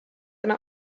eine